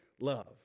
love